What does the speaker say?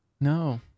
No